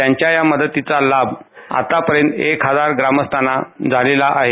त्यांच्या मदतीचा लाभ आतापर्यंत एक हजार ग्रामस्थांना झालेला आहे